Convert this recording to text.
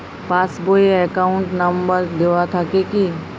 Pass বই এ account number দেওয়া থাকে কি?